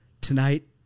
Tonight